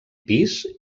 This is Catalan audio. pis